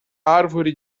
árvore